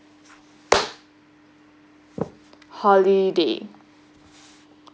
holiday